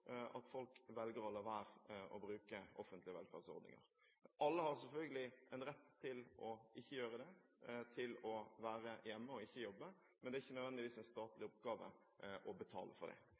at folk velger å la være å bruke offentlige velferdsordninger. Alle har selvfølgelig en rett til ikke å gjøre det, til å være hjemme og ikke jobbe, men det er ikke nødvendigvis en statlig oppgave å betale for det.